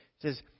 says